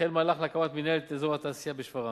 החל מהלך להקמת מינהלת אזור התעשייה בשפרעם,